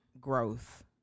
growth